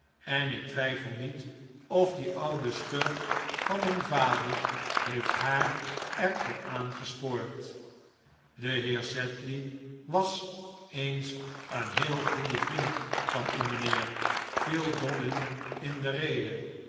en ik twijfel niet of die oude schurk van een vader heeft haar er toe aangespoord de heer sedley was eens een heel goed vriend van u mijnheer viel dobbin in de rede